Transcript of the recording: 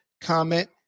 comment